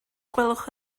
gwelwch